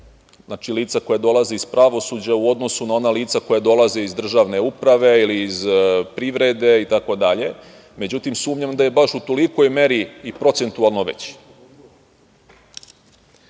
znači lica koja dolaze iz pravosuđa u odnosu na ona lica koja dolaze iz državne uprave ili iz privrede itd. Međutim, sumnjam da je baš u tolikoj meri i procentualno